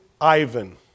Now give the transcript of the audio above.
Ivan